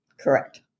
Correct